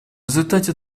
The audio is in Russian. результате